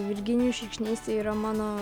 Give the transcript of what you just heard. virginijus šikšnys yra mano